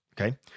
Okay